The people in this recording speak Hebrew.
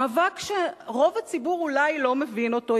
מאבק שרוב הציבור אולי לא מבין אותו,